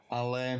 ale